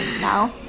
now